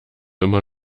immer